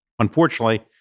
Unfortunately